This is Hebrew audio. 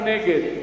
מי נגד?